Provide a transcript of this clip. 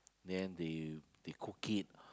then they they cook it